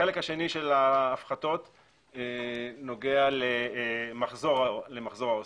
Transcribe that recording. הסוג השני של ההפחתות נוגע למחזור העוסק.